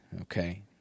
Okay